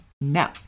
No